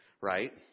right